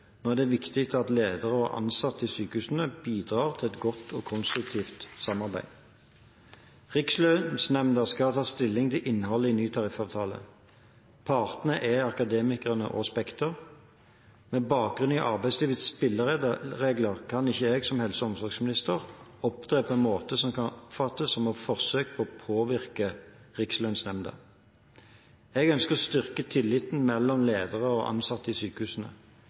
Nå er det viktig at ledere og ansatte i sykehusene bidrar til et godt og konstruktivt samarbeid. Rikslønnsnemnda skal ta stilling til innholdet i ny tariffavtale. Partene er Akademikerne og Spekter. Med bakgrunn i arbeidslivets spilleregler kan ikke jeg som helse- og omsorgsminister opptre på en måte som kan oppfattes som et forsøk på å påvirke Rikslønnsnemnda. Jeg ønsker å styrke tilliten mellom ledere og ansatte i sykehusene.